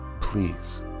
Please